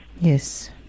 Yes